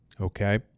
okay